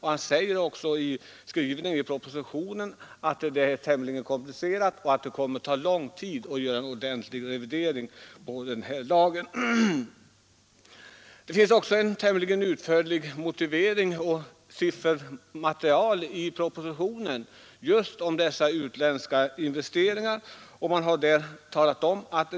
Han säger också att det är en tämligen komplicerad fråga och att det kommer att ta lång tid att göra en ordentlig revidering av lagen. Det finns också en utförlig motivering och en sifferredovisning i propositionen om de utländska investeringarna.